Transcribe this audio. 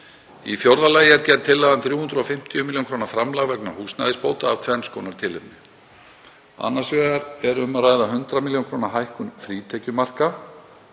Í fjórða lagi er gerð tillaga um 350 millj. kr. framlag vegna húsnæðisbóta af tvenns konar tilefni. Annars vegar er um að ræða 100 millj. kr. hækkun frítekjumarka.